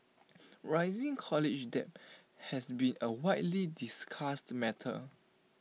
rising college debt has been A widely discussed matter